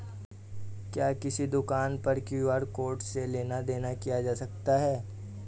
क्या किसी दुकान पर क्यू.आर कोड से लेन देन देन किया जा सकता है?